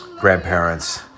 Grandparents